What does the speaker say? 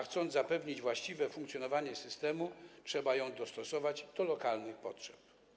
Chcąc zapewnić właściwe funkcjonowanie systemu, trzeba ją dostosować do lokalnych potrzeb.